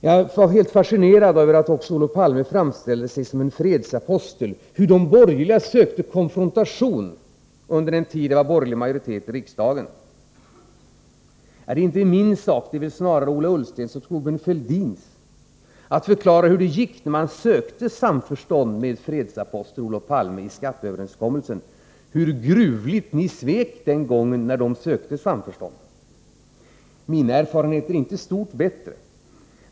Jag var helt fascinerad av hur Olof Palme framställde sig som en fredsapostel och talade om hur de borgerliga sökte konfrontation under den tid det var borgerlig majoritet i riksdagen. Det är inte min sak, utan snarare Ola Ullstens och Thorbjörn Fälldins, att förklara hur det gick när man sökte samförstånd med fredsaposteln Olof Palme i skatteöverenskommelsen, hur gruvligt ni svek den gången då de sökte samförstånd. Mina erfarenheter är inte stort bättre.